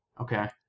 Okay